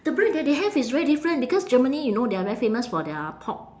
the bread that they have is very different because germany you know they are very famous for their pork